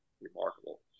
remarkable